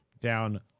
down